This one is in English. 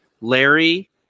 Larry